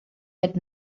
had